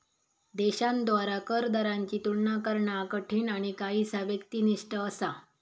देशांद्वारा कर दरांची तुलना करणा कठीण आणि काहीसा व्यक्तिनिष्ठ असा